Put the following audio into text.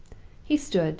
he stood,